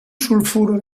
sulfuro